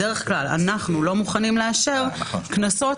בדרך כלל אנחנו לא מוכנים לאשר קנסות